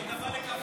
היית בא לקפה.